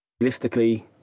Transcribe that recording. realistically